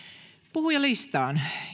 puhujalistaan